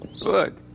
Good